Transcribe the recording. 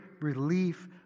relief